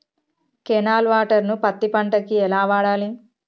Canal water ను పత్తి పంట కి ఎలా వాడాలి?